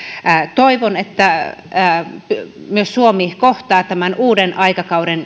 toivon että myös suomi kohtaa tämän uuden aikakauden